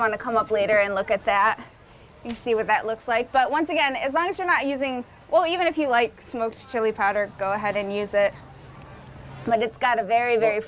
want to come up later and look at that the way that looks like but once again as long as you're not using well even if you like smoked chili powder go ahead and use it but it's got a very very